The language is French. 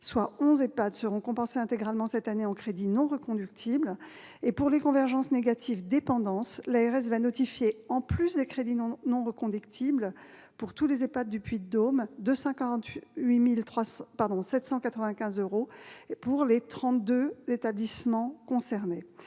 11 EHPAD, seront intégralement compensées cette année en crédits non reconductibles ; quant aux convergences négatives « dépendance », l'ARS va notifier, en plus des crédits non reconductibles pour tous les EHPAD du Puy-de-Dôme, 248 795 euros pour les 32 établissements concernés.